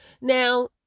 Now